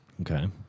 Okay